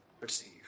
receive